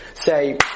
say